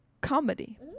comedy